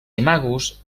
imagos